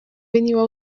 veniva